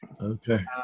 Okay